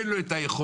אין לו את היכולות,